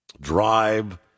Drive